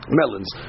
melons